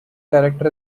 director